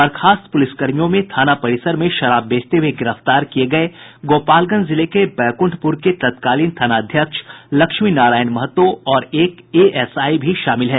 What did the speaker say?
बर्खास्त पुलिसकर्मियों में थाना परिसर में शराब बेचते हुए गिरफ्तार किये गये गोपालगंज जिले के बैकुंठपुर के तत्कालीन थानाध्यक्ष लक्ष्मी नारायण महतो और एक एएसआई भी शामिल हैं